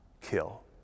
kill